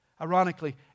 Ironically